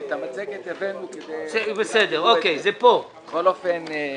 את המצגת הבאנו כדי בכל אופן,